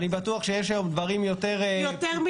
אני בטוח שיש היום דברים יותר מתקדמים.